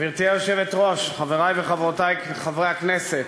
גברתי היושבת-ראש, חברי וחברותי חברי הכנסת,